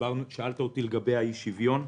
ושאלת אותי לגבי אי השוויון.